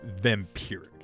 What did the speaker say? vampiric